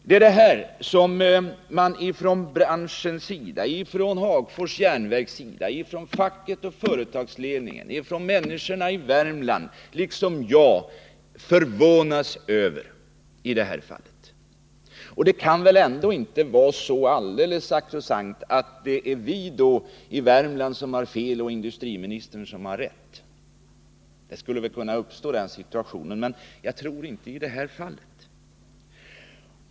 Det är det här som man från stålbranschens sida — det gäller Hagfors Järnverk, facket och företagsledningen, människorna i Värmland och mig själv — förvånas över i detta fall. Det kan väl ändå inte vara så alldeles självklart att vi i Värmland har fel och industriministern rätt. Den situationen skulle väl kunna uppstå, men jag tror inte att det förhåller sig så i det här fallet.